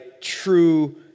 true